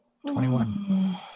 Twenty-one